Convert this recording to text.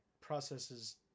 processes